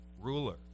ruler